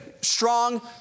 strong